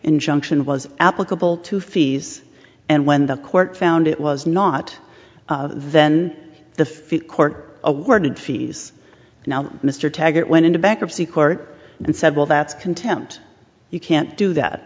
injunction was applicable to fees and when the court found it was not then the fifth court awarded fees now mr taggett went into bankruptcy court and said well that's contempt you can't do that